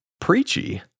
preachy